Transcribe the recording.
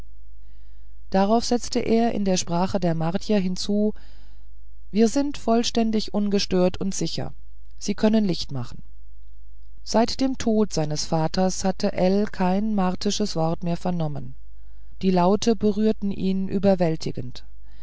darauf setzte er in der sprache der martier hinzu wir sind vollständig ungestört und sicher sie können licht machen seit dem tod seines vaters hatte ell kein martisches wort mehr vernommen die laute berührten ihn überwältigend